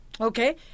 Okay